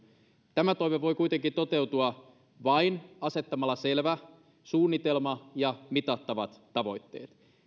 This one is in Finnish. tämä toive voi kuitenkin toteutua vain asettamalla selvä suunnitelma ja mitattavat tavoitteet